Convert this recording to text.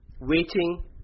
waiting